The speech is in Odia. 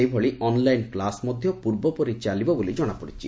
ସେହିଭଳି ଅନ୍ଲାଇନ୍ କ୍ଲାସ୍ ମଧ ପୂର୍ବପରି ଚାଲିବ ବୋଲି ଜଣାପଡ଼ିଛି